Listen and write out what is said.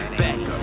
back